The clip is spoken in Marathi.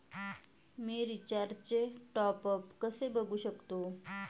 मी रिचार्जचे टॉपअप कसे बघू शकतो?